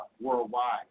worldwide